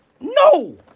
No